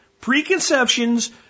preconceptions